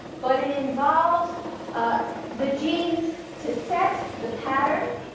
but it involves ah the genes to set the pattern,